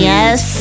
Yes